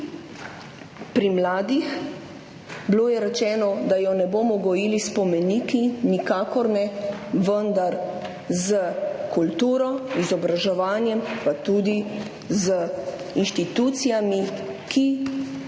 pri mladih? Bilo je rečeno, da je ne bomo gojili s spomeniki – nikakor ne, vendar s kulturo, izobraževanjem pa tudi z inštitucijami, ki osamosvojitev